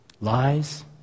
lies